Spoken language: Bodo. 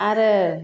आरो